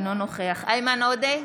אינו נוכח איימן עודה,